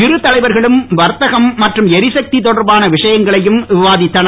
இரு தலைவர்களும் வர்த்தகம் மற்றும் எரி சக்தி தொடர்பான விஷயங்களையும் விவாதித்தனர்